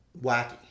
wacky